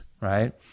right